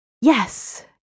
Yes